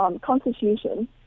constitution